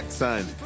son